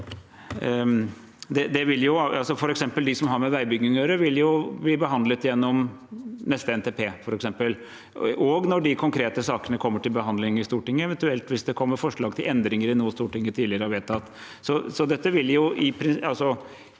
som har med veibygging å gjøre, vil de bli behandlet i neste NTP og når de konkrete sakene kommer til behandling i Stortinget, eventuelt hvis det kommer forslag til endringer i noe Stortinget tidligere har vedtatt.